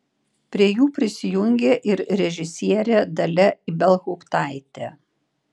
prie jų prisijungė ir režisierė dalia ibelhauptaitė